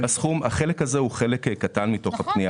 זה חלק קטן מהפנייה.